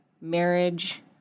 marriage